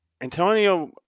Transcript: Antonio